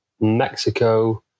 Mexico